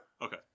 Okay